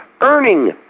earning